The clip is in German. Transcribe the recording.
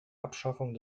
abschaffung